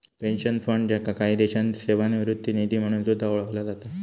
pension fund, ज्याका काही देशांत सेवानिवृत्ती निधी म्हणून सुद्धा ओळखला जाता